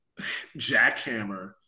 jackhammer